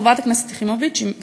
חברת הכנסת יחימוביץ, אם אפשר.